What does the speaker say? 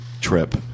trip